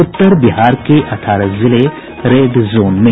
उत्तर बिहार के अठारह जिले रेड जोन में